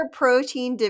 protein